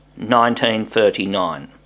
1939